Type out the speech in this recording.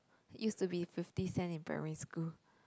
used to be fifty cent in primary school